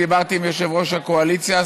דיברתי עם יושב-ראש הקואליציה,